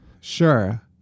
Sure